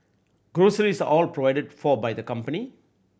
groceries are all provided for by the company